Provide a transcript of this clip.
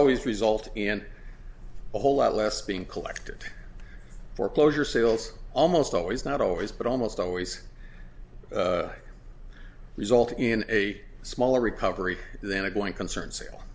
always result in a whole lot less being collected foreclosure sales almost always not always but almost always result in a smaller recovery than a going concern sale